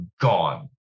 gone